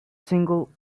single